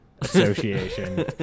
association